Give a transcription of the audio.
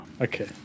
okay